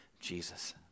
jesus